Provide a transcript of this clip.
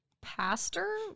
pastor